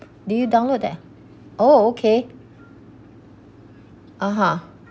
did you download that oh okay (uh huh)